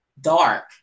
dark